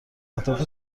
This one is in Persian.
اهداف